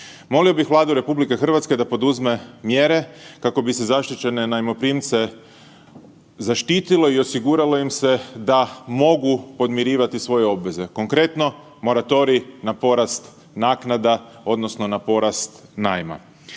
Molimo bih Vladu RH da poduzme mjere kako bi se zaštićene najmoprimce zaštitilo i osiguralo im se da mogu podmirivati svoje obveze, konkretno moratorij na porast naknada odnosno na porast najma.